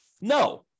No